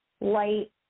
light